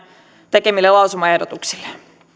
tekemille lausumaehdotuksille